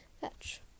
fetch